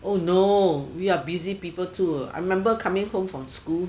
oh no we are busy people too I remember coming home from school